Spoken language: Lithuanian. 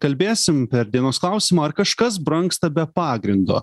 kalbėsim per dienos klausimą ar kažkas brangsta be pagrindo